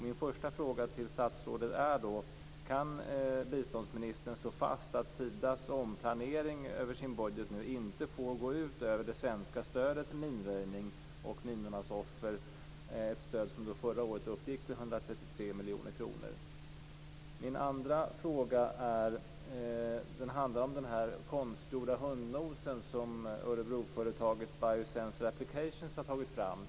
Min första fråga till statsrådet är då: Kan biståndsministern slå fast att Sidas omplanering av sin budget nu inte får gå ut över det svenska stödet till minröjning och minornas offer? Det stödet uppgick förra året till 133 miljoner kronor. Min andra fråga handlar om den konstgjorda hundnosen som Örebroföretaget Biosensor Applications har tagit fram.